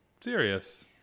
serious